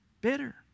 Bitter